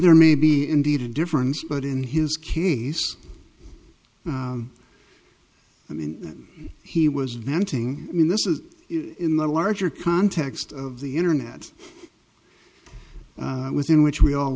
there may be indeed a difference but in his case i mean he was venting i mean this is in the larger context of the internet within which we all